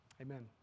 Amen